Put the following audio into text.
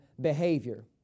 behavior